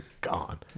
gone